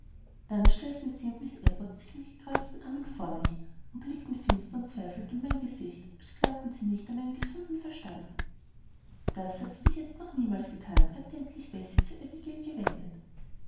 dann stellten sie und miß abbot sich mit gekreuzten armen vor mich und blickten finster und zweifelnd in mein gesicht als glaubten sie nicht an meinen gesunden verstand das hat sie bis jetzt noch niemals gethan sagte endlich bessie zur abigail gewendet